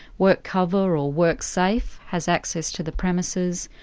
workcover or worksafe has access to the premises,